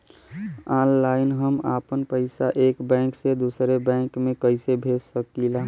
Online हम आपन पैसा एक बैंक से दूसरे बैंक में कईसे भेज सकीला?